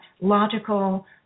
logical